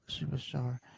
superstar